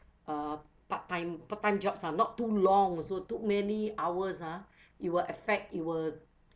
uh part-time part-time jobs ah not too long also too many hours ah it will affect it will